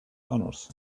honors